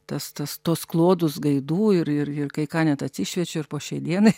tas tas tuos klodus gaidų ir ir ir kai ką net atsišviečiau ir po šiai dienai